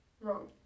wrong